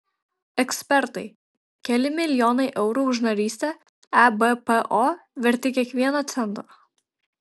ekspertai keli milijonai eurų už narystę ebpo verti kiekvieno cento